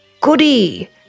Goody